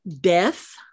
death